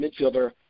midfielder